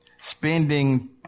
spending